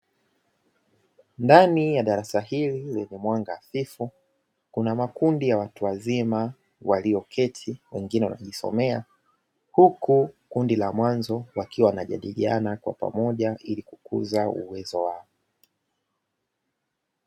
Ndani ya darasa hili lenye mwanga hafifu, kuna makundi ya watu wazima walioketi na wengine wanajisomea, huku kundi la mwanzo wakiwa wanajadiliana kwa pamoja ili kukuza uwezo wao.